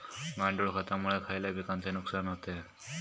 गांडूळ खतामुळे खयल्या पिकांचे नुकसान होते?